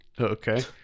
Okay